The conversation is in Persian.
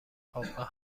خوابگاه